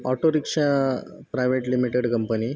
auto rickshaw private limited company